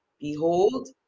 Behold